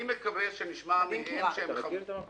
אני מקווה שנשמע מהם שהם מכבדים.